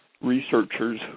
researchers